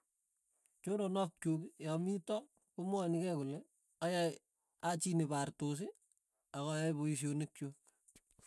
Choronok chuk ya mito komwaeni kei kole ayae achii nepartos akayae paishonik chuk.